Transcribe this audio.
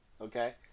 Okay